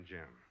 Jim